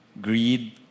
Greed